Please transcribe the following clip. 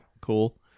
cool